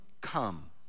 come